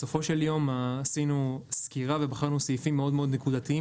בסופו של יום עשינו סקירה ובחרנו סעיפים מאוד מאוד נקודתיים